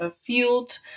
field